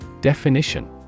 Definition